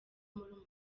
murumuna